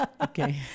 Okay